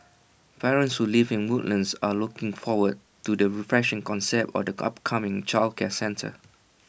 parents who live in Woodlands are looking forward to the refreshing concept or the upcoming childcare centre